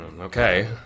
Okay